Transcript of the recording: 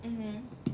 mm